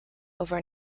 over